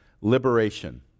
liberation